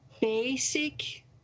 basic